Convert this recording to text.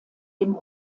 dem